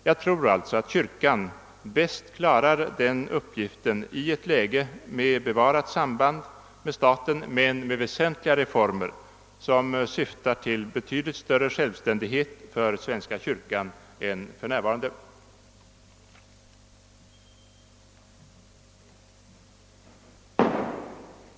Jag tror alltså att kyrkan bäst klarar den uppgiften i ett läge med bevarat samband med staten men med väsentliga reformer som syftar till betydligt större självständighet för svenska kyrkan än för närvarande. Som tiden nu var långt framskriden och flera talare anmält sig för yttrandes avgivande, beslöt kammaren på herr talmannens förslag att uppskjuta den fortsatta överläggningen till morgondagens plenum.